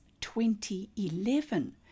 2011